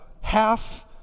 half